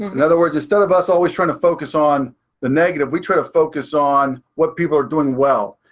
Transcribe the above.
in other words, instead of us always trying to focus on the negative, we try to focus on what people are doing well,